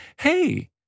Hey